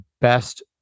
best